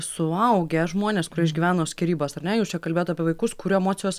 suaugę žmonės kurie išgyveno skyrybas ar ne jūs čia kalbėjot apie vaikus kurių emocijos